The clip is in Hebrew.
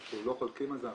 אנחנו לא חולקים על זה,